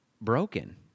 broken